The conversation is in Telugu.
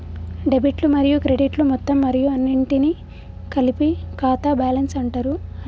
డెబిట్లు మరియు క్రెడిట్లు మొత్తం మరియు అన్నింటినీ కలిపి ఖాతా బ్యాలెన్స్ అంటరు